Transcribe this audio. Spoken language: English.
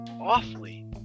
awfully